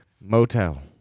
Motel